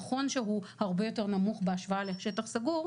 נכון שהוא הרבה יותר נמוך בהשוואה לשטח סגור.